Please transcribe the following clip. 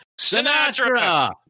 Sinatra